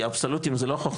כי האבסולוטים זה לא חוכמה.